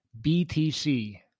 btc